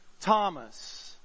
Thomas